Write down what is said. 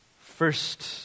first